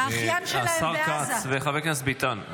האחיין שלהן בעזה --- השר כץ וחבר הכנסת ביטן,